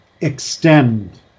extend